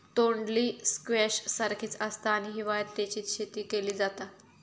तोंडली स्क्वैश सारखीच आसता आणि हिवाळ्यात तेची शेती केली जाता